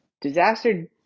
disaster